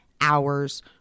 hours